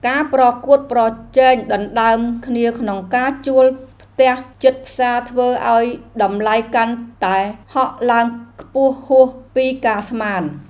ការប្រកួតប្រជែងដណ្តើមគ្នាក្នុងការជួលផ្ទះជិតផ្សារធ្វើឱ្យតម្លៃកាន់តែហក់ឡើងខ្ពស់ហួសពីការស្មាន។